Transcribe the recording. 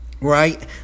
right